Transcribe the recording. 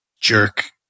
jerk